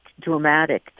dramatic